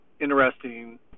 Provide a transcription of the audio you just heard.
interesting